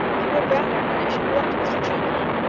you would rather that it should be left to mr cheekey?